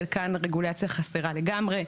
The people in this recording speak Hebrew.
חלקן רגולציה חסרה לגמרי,